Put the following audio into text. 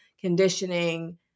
conditioning